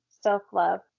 self-love